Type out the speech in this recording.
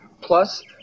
plus